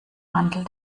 mantel